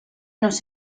nos